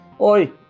Oi